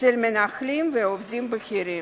של מנהלים ועובדים בכירים.